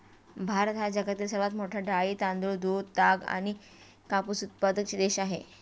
भारत हा जगातील सर्वात मोठा डाळी, तांदूळ, दूध, ताग आणि कापूस उत्पादक देश आहे